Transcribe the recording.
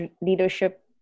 leadership